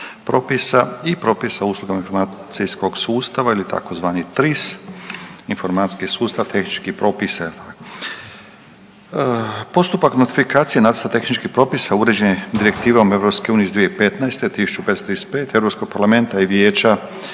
propisa i propisa o uslugama informacijskog sustava ili tzv. TRIS, informacijski sustav tehničkih propisa. Postupak notifikacije nacrta tehničkih propisa uređen je Direktivom EU iz 2015. 1535 Europskog